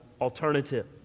alternative